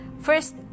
first